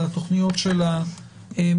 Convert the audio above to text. על תוכניות המאסדרים.